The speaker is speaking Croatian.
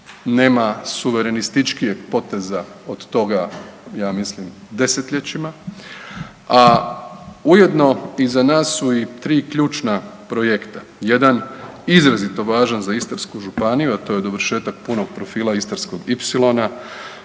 Nema suverenističkijeg poteza od toga ja mislim desetljećima, a ujedno iza nas su i tri ključna projekta. Jedan izrazito važan za Istarsku županiju, a to je dovršetak punog profila Istarskog